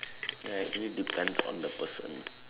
ya actually depends on the person